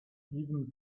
even